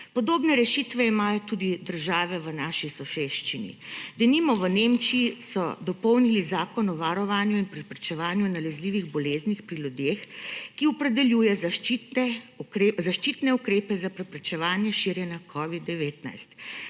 Podobne rešitve imajo tudi države v naši soseščini, denimo v Nemčiji so dopolnili Zakon o varovanju in preprečevanju nalezljivih boleznih pri ljudeh, ki opredeljuje zaščitne ukrepe za preprečevanja širjenja covida-19.